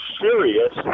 serious